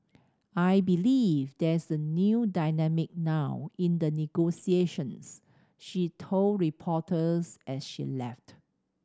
I believe there's a new dynamic now in the negotiations she told reporters as she left